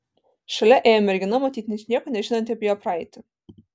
šalia ėjo mergina matyt ničnieko nežinanti apie jo praeitį